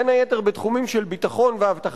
וגם כשהעם אומר בהפגנות של רבבות בתל-אביב ובערים